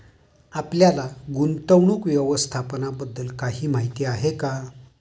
आपल्याला गुंतवणूक व्यवस्थापनाबद्दल काही माहिती आहे का?